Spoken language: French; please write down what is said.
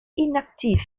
inactif